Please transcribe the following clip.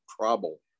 trouble